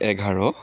এঘাৰ